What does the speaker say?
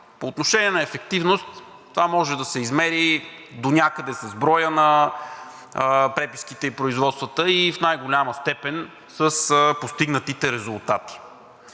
По отношение на ефективност това може да се измери донякъде с броя на преписките и производствата и в най-голяма степен с постигнатите резултати.